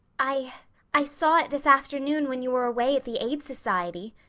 i i saw it this afternoon when you were away at the aid society,